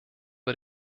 wir